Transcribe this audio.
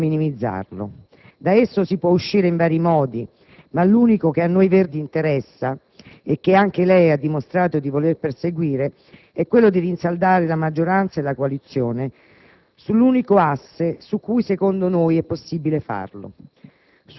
o a minimizzarlo. Da esso si può uscire in vari modi, ma l'unico che a noi Verdi interessa, e che anche lei ha dimostrato di voler perseguire, è quello di rinsaldare la maggioranza e la coalizione sull'unico asse su cui secondo noi è possibile farlo: